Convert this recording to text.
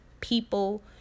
people